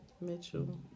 Mitchell